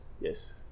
Yes